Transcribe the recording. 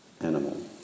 animal